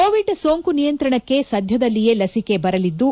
Covid ಸೋಂಕು ನಿಯಂತ್ರಣಕ್ಕೆ ಸದ್ಕದಲ್ಲಿಯೇ ಲಸಿಕೆ ಬರಲಿದ್ದು